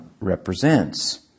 represents